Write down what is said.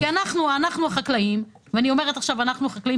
כי אנחנו החקלאים ואני אומרת עכשיו אנחנו החקלאים